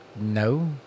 No